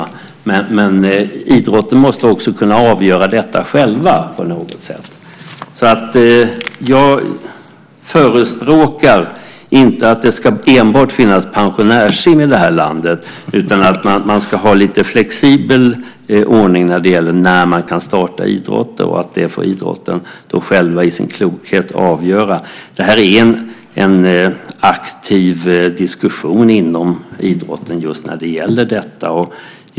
På något sätt måste idrotten själv dock kunna avgöra detta. Jag förespråkar alltså inte att det enbart ska finnas pensionärssim i det här landet utan att det ska finnas en lite flexibel ordning när det gäller när man kan starta med idrott. Det får idrotten själv i sin klokhet så att säga avgöra. Det är en aktiv diskussion inom idrotten just när det gäller detta.